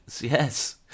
Yes